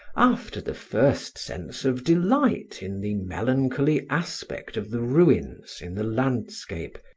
after the first sense of delight in the melancholy aspect of the ruins in the landscape,